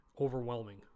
Overwhelming